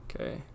okay